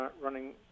running